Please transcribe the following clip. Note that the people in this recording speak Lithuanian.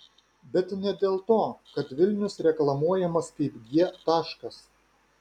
bet ne dėl to kad vilnius reklamuojamas kaip g taškas